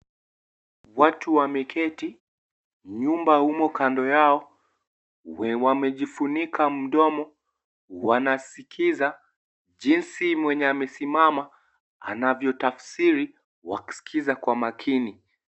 Watu wameketi, nyumba humo kando yao. Wamejifunika mdomo, wanasikiza jinsi mwenye amesimama anavyo tafsiri wakisikiza kwa makini.